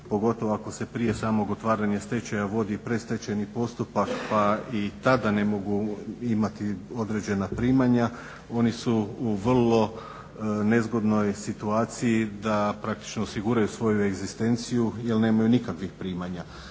pogotovo ako se prije samog otvaranja stečaja vodi predstečajni postupak pa i tada ne mogu imati određena primana, oni su u vrlo nezgodnoj situaciji da praktično osiguraju svoju egzistenciju jel nemaju nikakvih primjera.